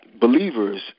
believers